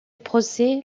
procès